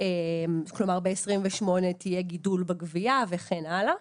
כלומר ב-2028 תהיה גידול בגבייה וכן הלאה.